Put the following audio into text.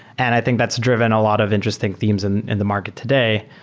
and i think that's driven a lot of interesting themes and in the market today,